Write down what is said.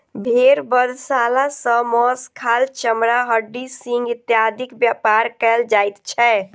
भेंड़ बधशाला सॅ मौस, खाल, चमड़ा, हड्डी, सिंग इत्यादिक व्यापार कयल जाइत छै